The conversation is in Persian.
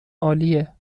عالیه